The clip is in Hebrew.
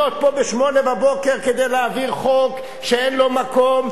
פה ב-08:00 כדי להעביר חוק שאין לו מקום,